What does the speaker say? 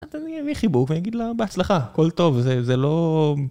אני אביא חיבוק ואני אגיד לה בהצלחה, הכל טוב, זה לא...